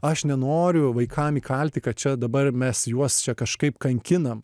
aš nenoriu vaikam įkalti kad čia dabar mes juos čia kažkaip kankinam